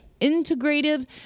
integrative